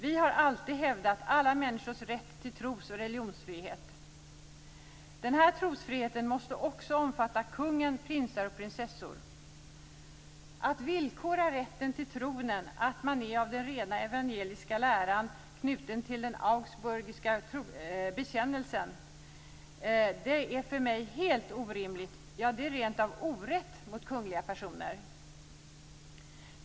Vi har alltid hävdat alla människors rätt till tros och religionsfrihet. Den här trosfriheten måste också omfatta kungen, prinsar och prinsessor. Att villkora rätten till tronen med att man ska vara av den rena evangeliska läran och knuten till den augsburgska bekännelsen är för mig helt orimligt. Det är rent av orätt mot kungliga personer.